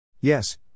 Yes